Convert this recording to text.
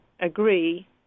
agree